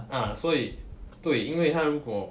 ah 所以对因为他如果